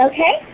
Okay